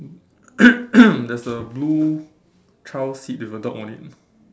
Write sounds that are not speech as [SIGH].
[COUGHS] there's a blue child seat with a dog on it